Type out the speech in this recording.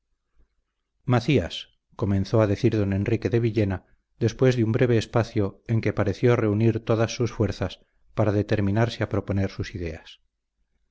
macías comenzó a decir don enrique de villena después de un breve espacio en que pareció reunir todas sus fuerzas para determinarse a proponer sus ideas